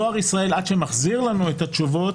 עד שדואר ישראל מחזיר לנו את התשובות